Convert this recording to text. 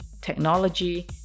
technology